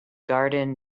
garden